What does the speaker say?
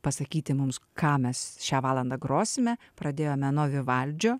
pasakyti mums ką mes šią valandą grosime pradėjome nuo vivaldžio